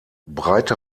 breite